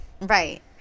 right